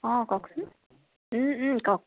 অঁ কওকচোন কওক